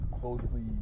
closely